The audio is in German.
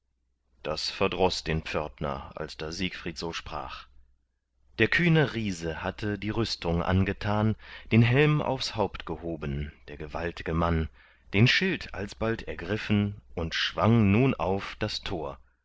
das verdroß den pförtner als da siegfried also sprach der kühne riese hatte die rüstung angetan den helm aufs haupt gehoben der gewaltge mann den schild alsbald ergriffen und schwang nun auf das tor